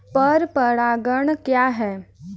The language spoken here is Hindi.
पर परागण क्या है?